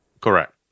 Correct